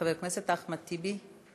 חבר הכנסת אחמד טיבי.